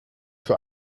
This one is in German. für